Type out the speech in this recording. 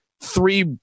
three